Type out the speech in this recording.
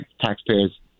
taxpayers